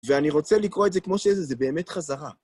ואני רוצה לקרוא את זה כמו שזה, זה באמת חזרה.